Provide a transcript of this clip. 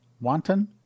Wanton